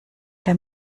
der